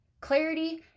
Clarity